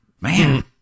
Man